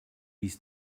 his